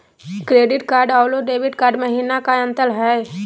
Credit card अरू debit card महिना का अंतर हई?